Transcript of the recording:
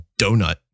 Donut